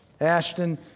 Ashton